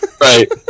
Right